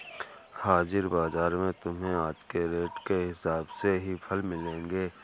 हाजिर बाजार में तुम्हें आज के रेट के हिसाब से ही फल मिलेंगे